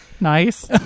nice